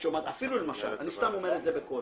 אפילו למשל, אני סתם אומר את זה בקול